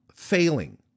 Failing